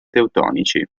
teutonici